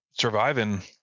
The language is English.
surviving